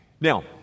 Now